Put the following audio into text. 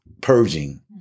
purging